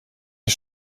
ich